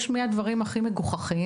אפשר להתחיל בדברים הכי מגוחכים,